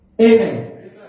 Amen